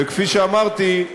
וכפי שאמרתי,